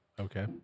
Okay